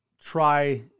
try